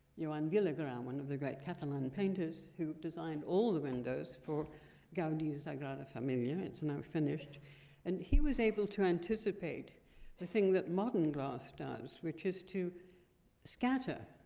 you know and vila-grau, one of the great catalan painters, who designed all the windows for gaudi's sagrada familia it's now finished and he was able to anticipate the thing that modern glass does, which is to scatter,